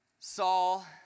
Saul